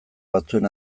batzuen